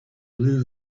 blue